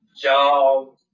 job